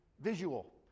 visual